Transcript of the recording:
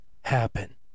happen